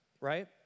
right